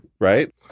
right